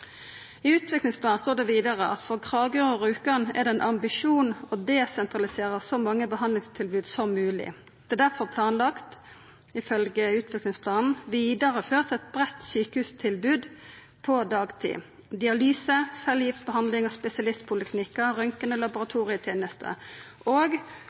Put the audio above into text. I utviklingsplanen står det vidare at for Kragerø og Rjukan er det ein ambisjon «å desentralisere så mange behandlingstilbud som mulig. Det er derfor planlagt» – ifølgje utviklingsplanen – «videreført et bredt sykehustilbud på dagtid; dialyse, cellegiftbehandling og spesialistpoliklinikker, røntgen og